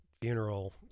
Funeral